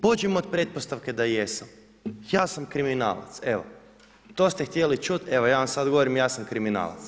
Pođimo od pretpostavke da jesam, ja sam kriminalac, evo, to ste htjeli čuti, evo, ja vam sad govorim, ja sam kriminalac.